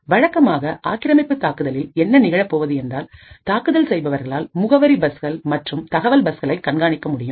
வழக்கமான ஆக்கிரமிப்பு தாக்குதலில் என்ன நிகழப் போவது என்றால் தாக்குதல் செய்பவர்களால் முகவரி பஸ்கள் மற்றும் தகவல் பஸ்களை கண்காணிக்க முடியும்